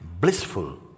blissful